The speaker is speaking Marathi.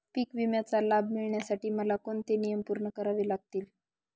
पीक विम्याचा लाभ मिळण्यासाठी मला कोणते नियम पूर्ण करावे लागतील?